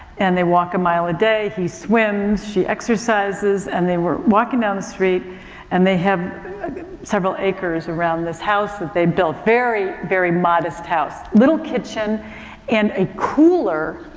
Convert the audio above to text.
and they walk a mile a day. he swims. she exercises. and they were walking the street and they have several acres around this house that they built. very, very modest house. little kitchen and a cooler,